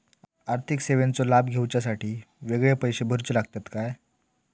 आर्थिक सेवेंचो लाभ घेवच्यासाठी वेगळे पैसे भरुचे लागतत काय?